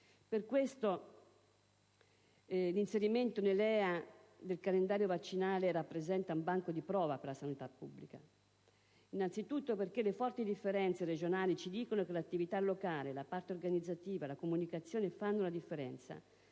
esposto, l'inserimento tra i LEA del calendario vaccinale rappresenta un banco di prova per la sanità pubblica. Innanzitutto, perché le forti differenze regionali ci dicono che l'attività locale, la parte organizzativa, la comunicazione fanno la differenza,